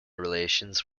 relations